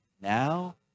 Now